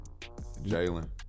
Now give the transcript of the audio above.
Jalen